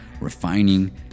refining